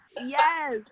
Yes